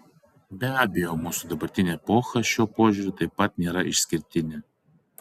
be abejo mūsų dabartinė epocha šiuo požiūriu taip pat nėra išskirtinė